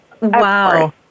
Wow